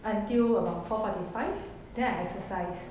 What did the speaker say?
until about forty five then I exercise